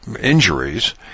injuries